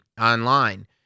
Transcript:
online